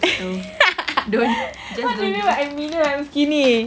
what do you mean by I'm meaner when I'm skinny